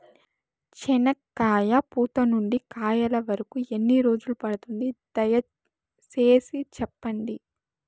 చెనక్కాయ పూత నుండి కాయల వరకు ఎన్ని రోజులు పడుతుంది? దయ సేసి చెప్పండి?